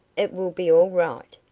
it will be all right.